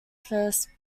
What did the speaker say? first